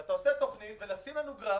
שאתה עושה תוכנית ולשים גרף,